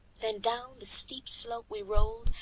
then down the steep slope we rolled,